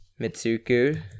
Mitsuku